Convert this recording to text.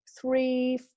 three